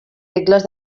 regles